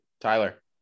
Tyler